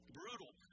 brutal